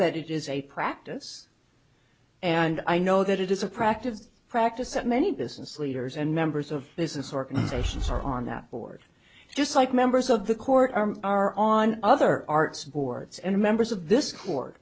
that it is a practice and i know that it is a practice practice that many business leaders and members of business organizations are on board just like members of the court are on other arts boards and members of this court